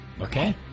Okay